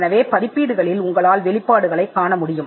எனவே வெளியீடுகள் நீங்கள் வெளிப்பாடுகளைக் காணும் இடங்கள்